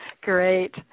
Great